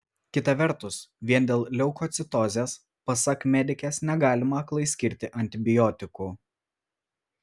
kita vertus vien dėl leukocitozės pasak medikės negalima aklai skirti antibiotikų